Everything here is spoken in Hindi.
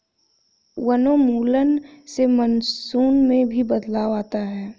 वनोन्मूलन से मानसून में भी बदलाव आता है